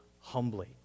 humbly